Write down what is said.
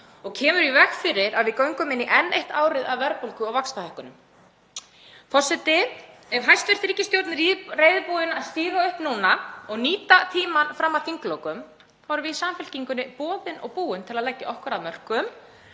og kemur í veg fyrir að við göngum inn í enn eitt árið af verðbólgu og vaxtahækkunum. Forseti. Ef hæstv. ríkisstjórn er reiðubúin að stíga upp núna og nýta tímann fram að þinglokum þá erum við í Samfylkingunni boðin og búin til að leggja okkar af mörkum.